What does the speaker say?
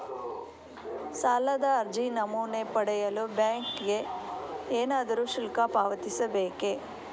ಸಾಲದ ಅರ್ಜಿ ನಮೂನೆ ಪಡೆಯಲು ಬ್ಯಾಂಕಿಗೆ ಏನಾದರೂ ಶುಲ್ಕ ಪಾವತಿಸಬೇಕೇ?